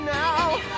now